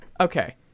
Okay